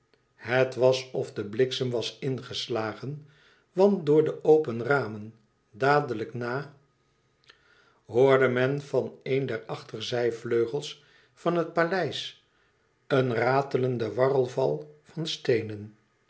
het was of de bliksem was ingeslagen want door de open ramen dadelijk na hoorde men van een der achterzijvleugels van het paleis een ratelenden warrelval van steenen